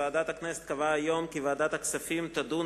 ועדת הכנסת קבעה היום כי ועדת הכספים תדון